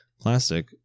plastic